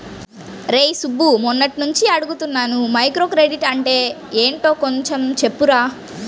రేయ్ సుబ్బు, మొన్నట్నుంచి అడుగుతున్నాను మైక్రోక్రెడిట్ అంటే యెంటో కొంచెం చెప్పురా